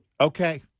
okay